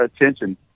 attention